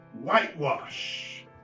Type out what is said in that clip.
whitewash